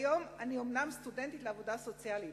כיום אני אומנם סטודנטית לעבודה סוציאלית,